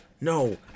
No